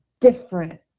different